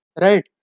right